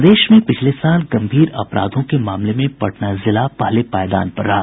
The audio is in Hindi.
प्रदेश में पिछले साल गम्भीर अपराधों के मामले में पटना जिला पहले पायदान पर रहा